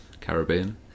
Caribbean